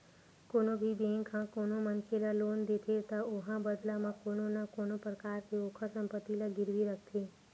कोनो भी बेंक ह कोनो मनखे ल लोन देथे त ओहा बदला म कोनो न कोनो परकार ले ओखर संपत्ति ला गिरवी रखथे